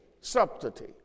subtlety